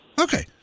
Okay